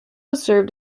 served